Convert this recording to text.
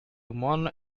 morning